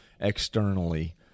externally